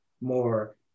more